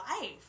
life